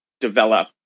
develop